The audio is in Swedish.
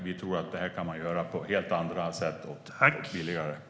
Vi tror att man kan göra det här på helt andra och billigare sätt.